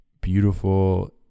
beautiful